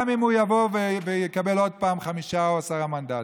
גם אם הוא יבוא ויקבל עוד פעם חמישה או עשרה מנדטים,